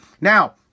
now